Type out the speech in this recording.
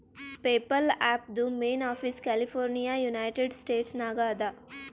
PayPal ಆ್ಯಪ್ದು main office California United States ನಾಗ್ ಅದಾ